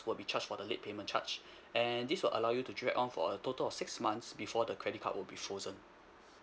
will be charged for the late payment charge and this will allow you to drag on for a total of six months before the credit card will be frozen